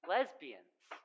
Lesbians